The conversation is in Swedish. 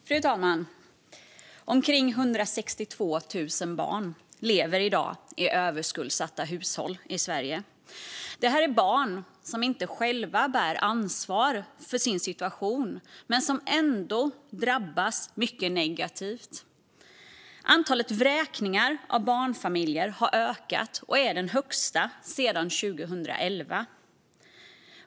Fru talman! Omkring 162 000 barn lever i dag i överskuldsatta hushåll i Sverige. Det här är barn som inte själva bär ansvar för sin situation men som ändå drabbas mycket negativt. Antalet vräkningar av barnfamiljer har ökat och är det största sedan 2011.